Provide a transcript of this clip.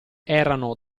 erano